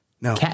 No